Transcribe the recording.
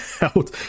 out